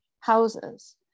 houses